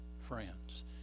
friends